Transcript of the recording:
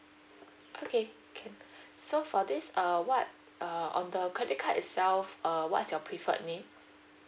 okay can so for this uh what uh on the credit card itself uh what's your preferred name